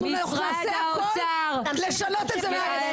אנחנו נעשה הכול לשנות את זה מהיסוד.